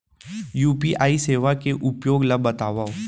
UPI सेवा के उपयोग ल बतावव?